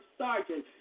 sergeant